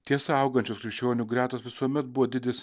tiesa augančios krikščionių gretos visuomet buvo didis